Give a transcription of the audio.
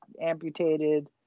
amputated